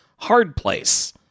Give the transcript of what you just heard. HARDPLACE